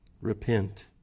repent